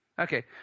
Okay